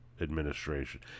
administration